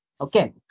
okay